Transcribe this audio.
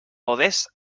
podes